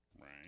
Right